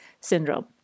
syndrome